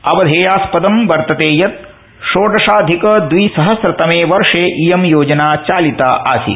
अवधेयास्पदम् वर्तते यत् षोडशाधिक द्वि सहस्रतमे वर्ष इयं योजना चालिता आसीत्